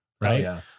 Right